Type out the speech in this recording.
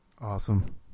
Awesome